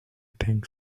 think